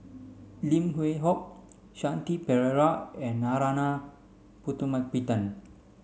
Lim Yew Hock Shanti Pereira and Narana Putumaippittan